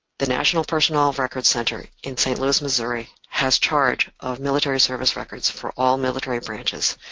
the national personnel records center in st. louis, missouri has charge of military service records for all military branches.